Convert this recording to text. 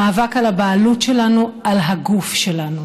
המאבק על הבעלות שלנו על הגוף שלנו.